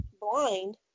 blind